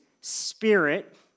spirit